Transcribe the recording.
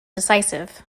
decisive